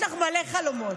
יש לך מלא חלומות.